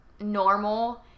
normal